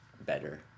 better